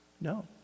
No